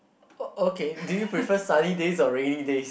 oh okay do you prefer sunny days or rainy days